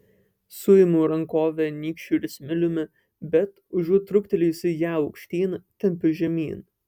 suimu rankovę nykščiu ir smiliumi bet užuot truktelėjusi ją aukštyn tempiu žemyn